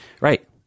right